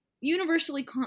universally